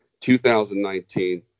2019